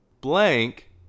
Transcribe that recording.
blank